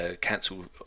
cancelled